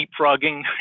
leapfrogging